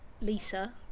Lisa